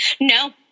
No